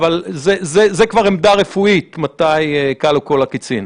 אבל זו כבר עמדה רפואית מתי כלו כל הקיצין.